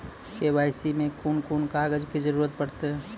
KYC मे कून कून कागजक जरूरत परतै?